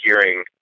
hearing